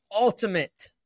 ultimate